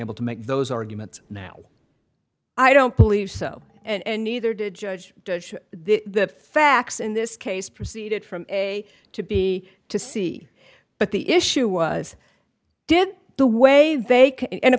able to make those arguments now i don't believe so and neither did judge the facts in this case proceeded from a to b to c but the issue was did the way they